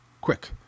quick